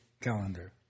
calendar